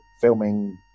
filming